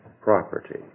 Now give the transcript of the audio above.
property